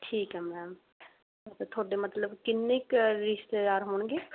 ਠੀਕ ਹੈ ਮੈਮ ਤੁਹਾਡੇ ਮਤਲਬ ਕਿੰਨੇ ਕੁ ਰਿਸ਼ਤੇਦਾਰ ਹੋਣਗੇ